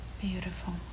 Beautiful